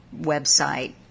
website